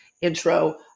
intro